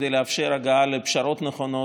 כדי לאפשר הגעה לפשרות נכונות,